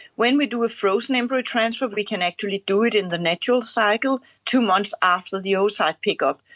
when we do a frozen embryo transfer we can actually do it in the natural cycle two months after the oocyte pick-up,